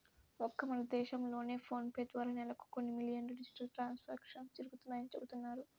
ఒక్క మన దేశంలోనే ఫోన్ పే ద్వారా నెలకు కొన్ని మిలియన్ల డిజిటల్ ట్రాన్సాక్షన్స్ జరుగుతున్నాయని చెబుతున్నారు